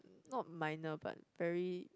not minor but very